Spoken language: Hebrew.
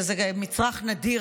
מצרך נדיר,